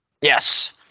Yes